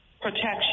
protection